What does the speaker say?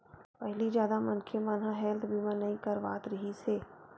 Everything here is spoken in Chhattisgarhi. पहिली जादा मनखे मन ह हेल्थ बीमा नइ करवात रिहिस हे